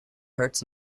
hurts